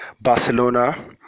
Barcelona